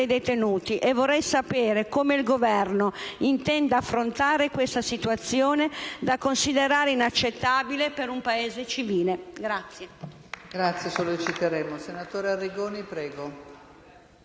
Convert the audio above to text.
detenuti e vorrei sapere come il Governo intenda affrontare questa situazione da considerare inaccettabile per un Paese civile.